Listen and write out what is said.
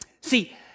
See